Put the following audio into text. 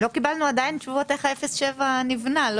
לא קיבלנו עדיין תשובות על איך ה-0.7 נבנה.